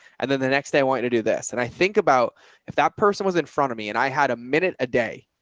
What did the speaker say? and then the next day, i want you to do this. and i think about if that person was in front of me and i had a minute, a day.